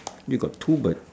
you got two bird